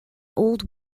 old